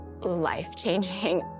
life-changing